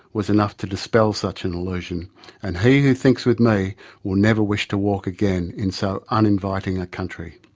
was enough to dispel such an illusion and he who thinks with me will never wish to walk again in so uninviting a country'.